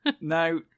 now